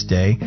Day